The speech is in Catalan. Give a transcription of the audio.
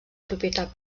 propietat